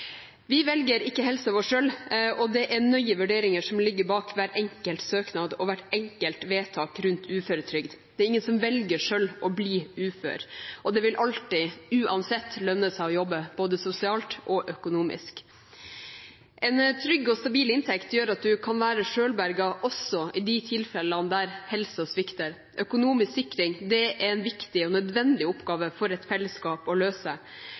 Vi velger ikke helsen vår selv, og det er nøye vurderinger som ligger bak hver enkelt søknad og hvert enkelt vedtak rundt uføretrygd. Det er ingen som velger selv å bli ufør. Og det vil alltid – uansett – lønne seg å jobbe, både sosialt og økonomisk. En trygg og stabil inntekt gjør at du kan være selvberget også i de tilfellene der helsen svikter. Økonomisk sikring er en viktig og nødvendig oppgave for et fellesskap å løse.